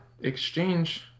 exchange